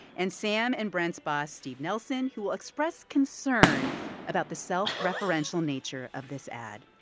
and sam and brent's boss, steve nelson, who will express concern about the self-referential nature of this ad.